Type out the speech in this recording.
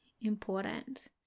important